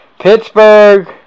Pittsburgh